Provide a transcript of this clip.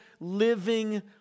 living